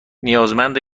نیازمند